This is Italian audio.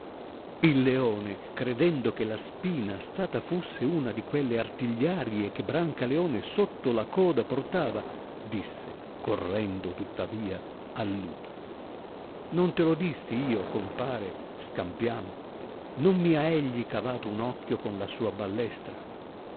il leone credendo che la spina stata fusse una di quelle artigliarle che brancaleone sotto la coda j ortava disse coi'rendo tuttavia al lupo non te lo dissi io compare scampiamo non mi ha egli cavato un occhio con la sua ballestra